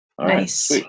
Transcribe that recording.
Nice